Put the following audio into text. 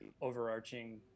overarching